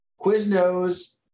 Quiznos